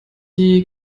die